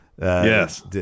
Yes